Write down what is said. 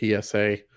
PSA